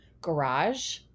garage